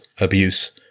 abuse